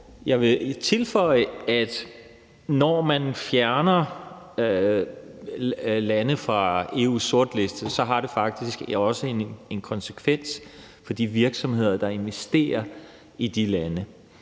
Jeg vil tilføje, at når man fjerner lande fra EU's sortliste, har det faktisk også en konsekvens for de virksomheder, der investerer i de lande.